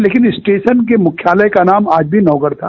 लेकिन स्टेशन के मुख्यालय का नाम आज भी नौगढ़ था